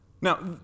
Now